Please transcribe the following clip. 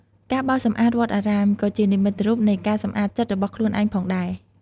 ការបោសសម្អាតវត្តអារាម ក៏ជានិមិត្តរូបនៃការសម្អាតចិត្តរបស់ខ្លួនឯងផងដែរ។